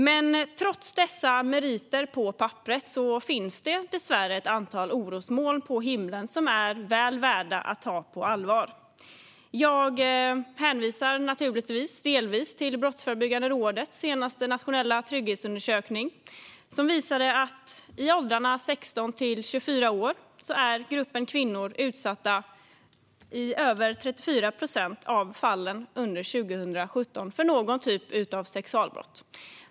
Men trots dessa meriter på papperet finns det dessvärre ett antal orosmoln på himlen som är väl värda att ta på allvar. Jag hänvisar delvis till Brottsförebyggande rådets senaste nationella trygghetsundersökning. Den visade att i åldrarna 16-24 år har över 34 procent av kvinnorna under 2017 varit utsatta för någon typ av sexualbrott.